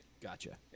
Gotcha